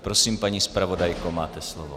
Prosím, paní zpravodajko, máte slovo.